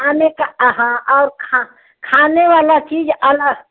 खाने का आहा और खाने वाला चीज अलग